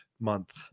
month